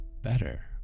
better